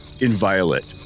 inviolate